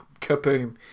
Kaboom